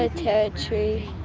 ah territory,